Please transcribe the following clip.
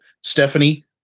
Stephanie